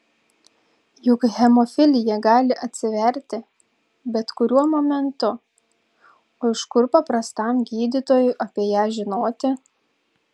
juk hemofilija gali atsiverti bet kuriuo momentu o iš kur paprastam gydytojui apie ją žinoti